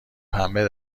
پنبه